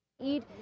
Eat